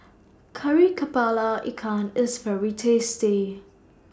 Kari Kepala Ikan IS very tasty